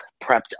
prepped